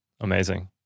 Amazing